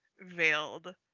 veiled